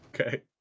Okay